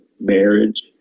marriage